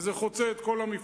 וזה חוצה את כל המפלגות.